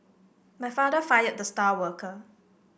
my father fired the star worker